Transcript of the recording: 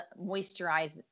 moisturize